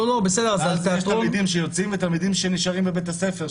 אז יש תלמידים שיוצאים ויש תלמידים שנשארים בבית הספר,